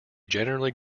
generally